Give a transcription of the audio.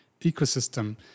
ecosystem